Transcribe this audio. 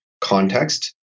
context